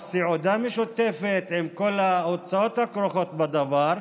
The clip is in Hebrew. סעודה משותפת עם כל ההוצאות הכרוכות בדבר,